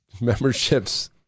memberships